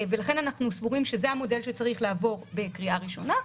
לכן אנחנו סבורים שזה המודל שצריך לעבור בקריאה הראשונה,